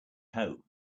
home